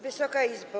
Wysoka Izbo!